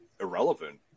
irrelevant